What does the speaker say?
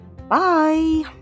Bye